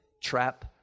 trap